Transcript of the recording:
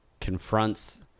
confronts